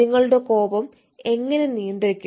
നിങ്ങളുടെ കോപം എങ്ങനെ നിയന്ത്രിക്കും